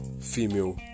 female